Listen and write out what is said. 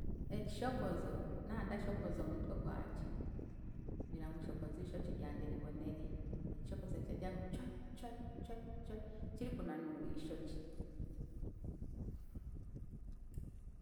Ekishokozo, nandashokoza omutwe gwangye kugira ngu nshokoze ishokye ryangye ribonere. Ekishokozo nikigira ngu chwai, chwai, chwai, chwai, kirikunanuura ishokye.